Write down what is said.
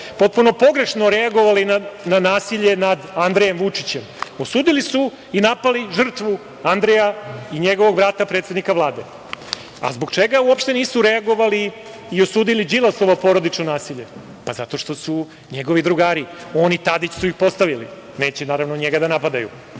potpuno pogrešno reagovali na nasilje nad Andrejem Vučićem - osudili su i napali žrtvu Andreja i njegovog brata, predsednika Vlade. A zbog čega uopšte nisu reagovali i osudili Đilasovo porodično nasilje? Zato što su njegovi drugari, on i Tadić su ih postavili, naravno da neće njega da napadaju. Ovim